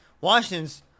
Washington's